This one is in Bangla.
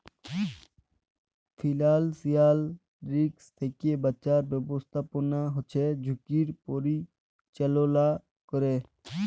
ফিলালসিয়াল রিসক থ্যাকে বাঁচার ব্যাবস্থাপনা হচ্যে ঝুঁকির পরিচাললা ক্যরে